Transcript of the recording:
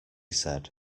said